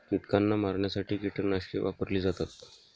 कीटकांना मारण्यासाठी कीटकनाशके वापरली जातात